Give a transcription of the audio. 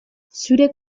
zure